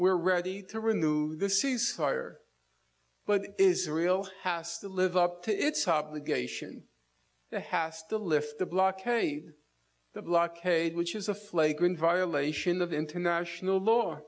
we're ready to renew the ceasefire but israel has to live up to its obligation to hass to lift the blockade the blockade which is a flagrant violation of international law